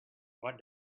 what